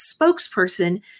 spokesperson